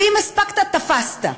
ואם הספקת תפסת.